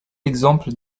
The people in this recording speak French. exemple